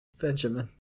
Benjamin